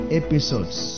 episodes